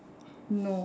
no